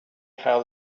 how